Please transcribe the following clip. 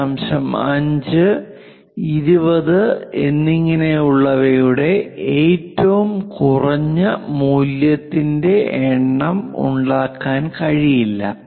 5 20 എന്നിങ്ങനെയുള്ളവയുടെ ഏറ്റവും കുറഞ്ഞ മൂല്യത്തിന്റെ എണ്ണം ഉണ്ടാക്കാൻ കഴിയില്ല